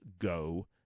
go